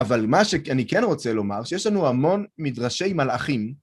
אבל מה שאני כן רוצה לומר, שיש לנו המון מדרשי מלאכים.